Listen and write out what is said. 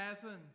heaven